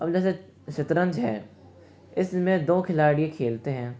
अब जैसे शतरन्ज है इसमें दो खिलाड़ी खेलते हैं